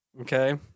Okay